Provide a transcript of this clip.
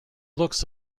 looks